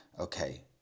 Okay